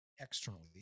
externally